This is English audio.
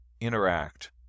interact